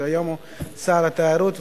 שהיום הוא שר התיירות,